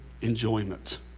enjoyment